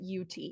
UT